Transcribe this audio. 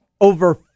over